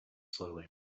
slowly